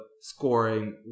scoring